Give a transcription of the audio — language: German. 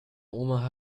oma